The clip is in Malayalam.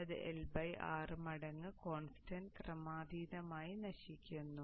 അതിനാൽ അത് L R മടങ്ങ് കോൺസ്റ്റന്റ് ക്രമാതീതമായി നശിക്കുന്നു